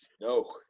no